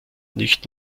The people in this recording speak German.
nicht